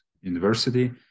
University